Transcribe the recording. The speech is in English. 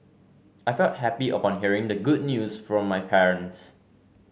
I felt happy upon hearing the good news from my parents